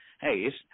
hey